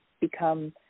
become